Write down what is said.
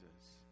Jesus